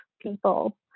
people